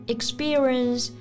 Experience